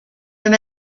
them